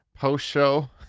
post-show